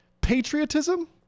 patriotism